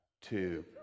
two